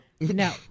No